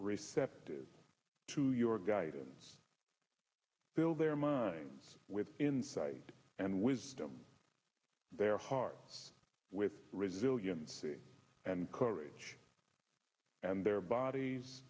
receptive to your guidance fill their minds with insight and wisdom their hearts with resiliency and courage and their bodies